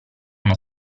uno